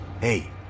Hey